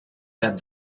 that